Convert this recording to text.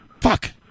Fuck